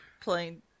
playing